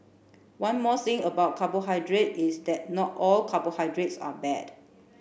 one more thing about carbohydrate is that not all carbohydrates are bad